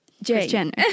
Jen